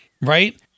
Right